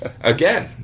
again